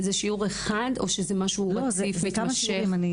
זה שיעור אחד או שזה משהו רציף, מתמשך?